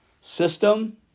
system